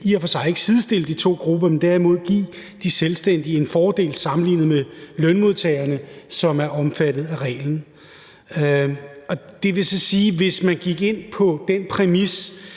i og for sig ikke sidestille de to grupper, men derimod give de selvstændige en fordel sammenlignet med lønmodtagerne, som er omfattet af reglen. Det vil så sige, at hvis man gik ind på den præmis,